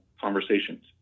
conversations